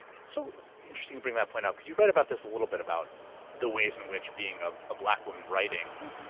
it's so interesting you bring that point up, because you write about this a little bit about the ways in which being ah a black woman writing,